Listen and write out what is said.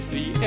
See